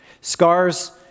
Scars